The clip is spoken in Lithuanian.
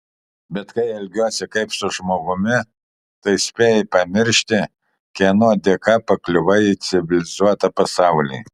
bet kai elgiuosi kaip su žmogumi tai spėjai pamiršti kieno dėka pakliuvai į civilizuotą pasaulį